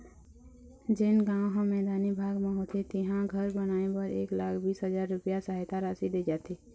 जेन गाँव ह मैदानी भाग म होथे तिहां घर बनाए बर एक लाख बीस हजार रूपिया सहायता राशि दे जाथे